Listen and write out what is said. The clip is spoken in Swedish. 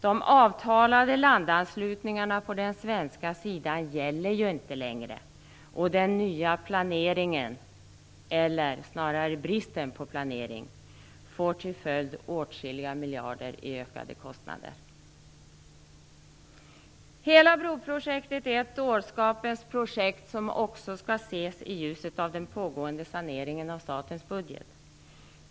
De avtalade landanslutningarna på den svenska sidan gäller ju inte längre, och den nya planeringen, eller snarare bristen på planering, får till följd åtskilliga miljarder i ökade kostnader. Hela broprojektet är ett dårskapens projekt som också skall ses i ljuset av den pågående saneringen av statens budget.